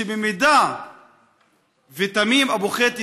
שאם תמים אבו חיט ייפגע,